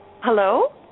Hello